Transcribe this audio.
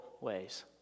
ways